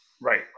Right